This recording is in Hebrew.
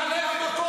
אנחנו בעלי המקום.